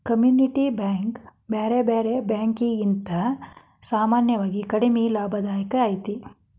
community bank ಬ್ಯಾರೆ ಬ್ಯಾರೆ ಬ್ಯಾಂಕಿಕಿಗಿಂತಾ ಸಾಮಾನ್ಯವಾಗಿ ಕಡಿಮಿ ಲಾಭದಾಯಕ ಐತಿ